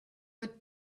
were